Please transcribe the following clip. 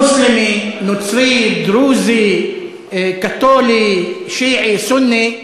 מוסלמי, נוצרי, דרוזי, קתולי, שיעי, סוני,